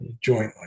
jointly